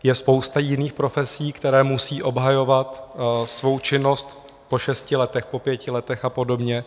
Je spousta jiných profesí, které musí obhajovat svou činnost po šesti letech, po pěti letech a podobně.